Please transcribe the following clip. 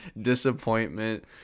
disappointment